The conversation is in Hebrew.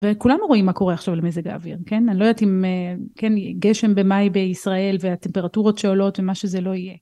וכולנו רואים מה קורה עכשיו למזג האוויר, כן? אני לא יודעת אם, כן, גשם במאי בישראל, והטמפרטורות שעולות ומה שזה לא יהיה.